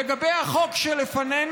לגבי החוק שלפנינו,